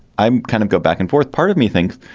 i'm kind of go back and forth. part of me thinks,